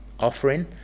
Offering